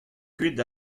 kuit